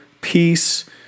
peace